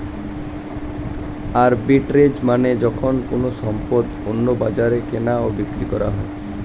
arbitrage মানে যখন কোনো সম্পদ অন্য বাজারে কেনা ও বিক্রি করা হয়